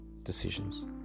Decisions